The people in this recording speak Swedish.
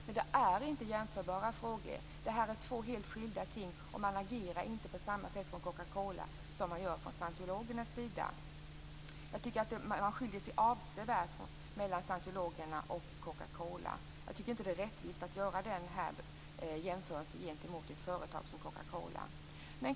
Men det är inte jämförbara saker. Detta är två helt skilda ting, och man agerar inte på samma sätt från Coca-Cola som man gör från scientologerna. Jag tycker att det finns en avsevärd skillnad mellan scientologerna och Coca-Cola. Det är inte rättvist gentemot ett företag som Coca-Cola att göra den jämförelsen.